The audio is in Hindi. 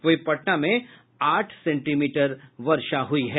वहीं पटना में आठ सेंटीमीटर वर्षा हुई है